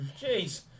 Jeez